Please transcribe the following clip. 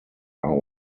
are